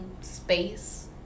space